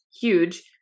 huge